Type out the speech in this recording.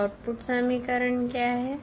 तो आउटपुट समीकरण क्या है